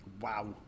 Wow